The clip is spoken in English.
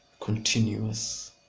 continuous